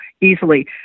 easily